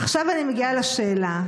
עכשיו אני מגיעה לשאלה.